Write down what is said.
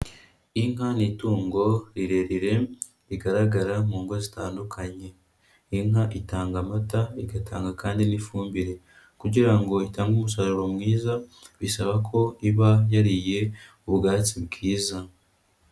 Inka ni itungo rirerire, rigaragara mu ngo zitandukanye. Inka itanga amata, igatanga kandi n'ifumbire. Kugira ngo itange umusaruro mwiza, bisaba ko iba yariye ubwatsi bwiza.